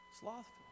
Slothful